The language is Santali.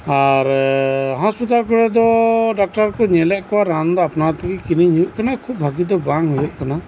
ᱟᱨ ᱦᱚᱥᱯᱤᱴᱟᱞ ᱠᱚᱨᱮᱫᱚ ᱰᱟᱠᱴᱟᱨ ᱠᱩ ᱧᱮᱞᱮᱫ ᱠᱚᱣᱟ ᱨᱟᱱ ᱫᱚ ᱟᱯᱱᱟᱨ ᱛᱮᱜᱤ ᱠᱤᱨᱤᱧ ᱦᱩᱭᱩᱜ ᱠᱟᱱᱟ ᱵᱷᱟᱜᱤ ᱫᱚ ᱵᱟᱝ ᱦᱩᱭᱩᱜ ᱠᱟᱱᱟ